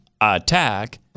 attack